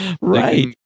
right